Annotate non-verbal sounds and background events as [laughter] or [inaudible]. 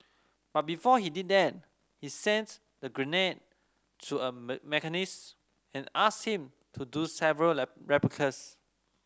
but before he did that he sent the grenade to a [unintelligible] machinist and asked him to do several [unintelligible] replicas